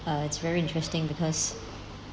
uh it's very interesting because